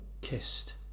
kissed